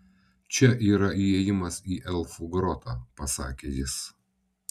čia yra įėjimas į elfų grotą pasakė jis